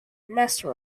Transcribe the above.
master